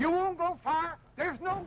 you won't go far there's no